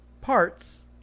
parts